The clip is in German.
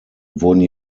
wurden